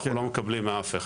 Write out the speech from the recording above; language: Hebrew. אנחנו לא מקבלים מאף אחד.